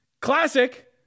Classic